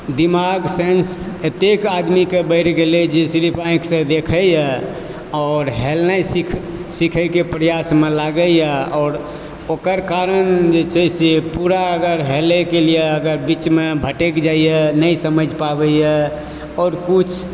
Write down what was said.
दिमाग सेन्स अत्तेक आदमी के बढ़ि गेलै हे जे सिरिफ ऑंखि सऽ देखिए आओर हेलनाइ सिख सिखै के प्रयास मे लागैए आओर ओकर कारण जे छै से पूरा अगर हेलए के लिय अगर बीच मे भटैक जाइए नही समैझ पाबैया आओर किछु